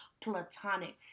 platonic